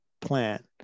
plant